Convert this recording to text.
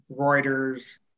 Reuters